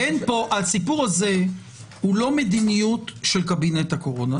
הסיפור הזה הוא לא מדיניות של קבינט הקורונה.